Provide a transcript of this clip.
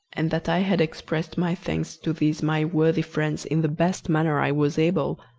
and that i had expressed my thanks to these my worthy friends in the best manner i was able,